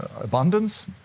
abundance